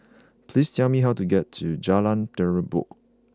please tell me how to get to Jalan Terubok